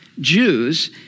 Jews